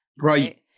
Right